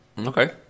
Okay